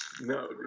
No